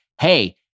hey